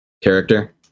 character